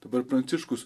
dabar pranciškus